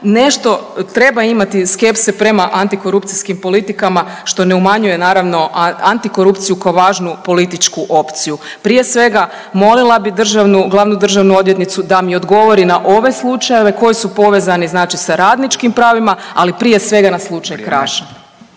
nešto treba imati skepse prema antikorupcijskim politikama, što ne umanjuje, naravno, antikorupciju kao važnu političku opciju. Prije svega, molila bi državnu, glavnu državnu odvjetnicu da mi odgovori na ove slučajeve koji su povezani znači sa radničkim pravima, ali prije svega na slučaj Kraš.